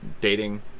dating